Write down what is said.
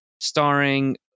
starring